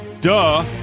Duh